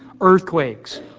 Earthquakes